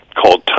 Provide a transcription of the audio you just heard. called